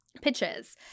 pitches